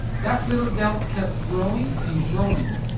that little doubt kept growing and growing.